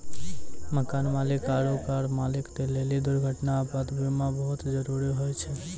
मकान मालिक आरु कार मालिक लेली दुर्घटना, आपात बीमा बहुते जरुरी होय छै